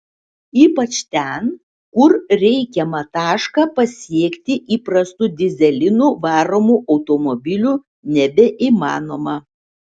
ypač ten kur reikiamą tašką pasiekti įprastu dyzelinu varomu automobiliu nebeįmanoma